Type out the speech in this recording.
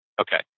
Okay